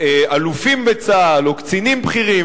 אלופים בצה"ל או קצינים בכירים,